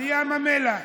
לים המלח.